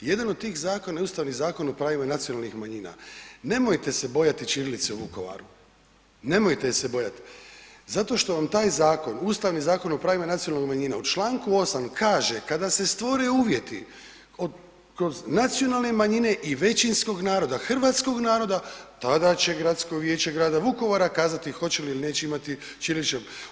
Jedan od tih zakona je Ustavni zakon o pravima nacionalnih manjina, nemojte se bojati ćirilice u Vukovaru, nemojte je se bojati zato što vam taj zakon, Ustavni zakon o pravima nacionalnih manjina u članku 8. kaže kada se stvore uvjeti kroz nacionalne manjine i većinskog naroda, Hrvatskog naroda tada će Gradsko vijeće grada Vukovara kazati hoće li ili neće imati ćirilične.